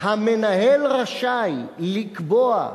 המנהל רשאי לקבוע,